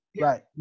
Right